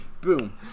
Boom